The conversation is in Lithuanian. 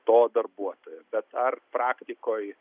to darbuotojo bet ar praktikoj